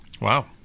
Wow